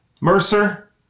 Mercer